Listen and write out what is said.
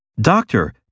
Doctor